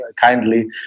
kindly